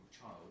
child